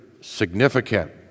significant